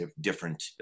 different